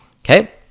Okay